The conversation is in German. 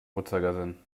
uhrzeigersinn